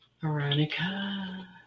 Veronica